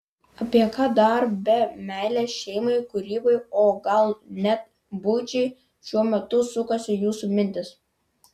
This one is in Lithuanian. apie ką dar be meilės šeimai kūrybai o gal net buičiai šiuo metu sukasi jūsų mintys